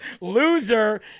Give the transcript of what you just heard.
Loser